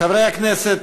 חברי הכנסת,